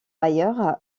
ailleurs